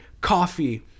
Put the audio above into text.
coffee